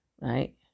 right